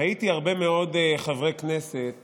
ראיתי הרבה מאוד חברי כנסת